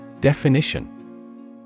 Definition